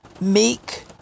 meek